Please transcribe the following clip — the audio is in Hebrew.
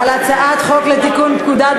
חבר הכנסת יעקב